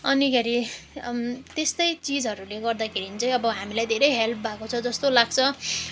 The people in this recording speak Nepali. अनिखेरि त्यस्तो चिजहरूले गर्दाखेरि चाहिँ अब हामीलाई धेरै हेल्प भएको छ जस्तो लाग्छ